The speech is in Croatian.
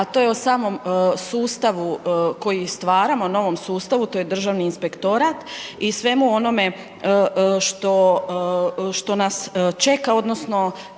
a to je o samom sustavu koji stvaramo, novom sustavu, to je Državni inspektorat i svemu onome što nas čeka, odnosno